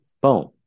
boom